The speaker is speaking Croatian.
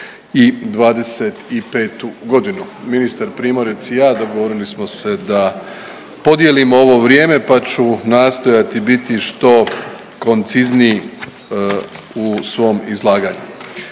i 2025. godinu. Ministar Primorac i ja dogovorili smo se da podijelimo ovo vrijeme, pa ću nastojati biti što koncizniji u svom izlaganju.